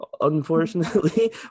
unfortunately